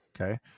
Okay